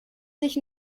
sich